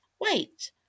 Wait